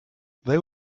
they